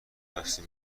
تاکسی